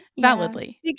validly